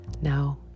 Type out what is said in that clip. Now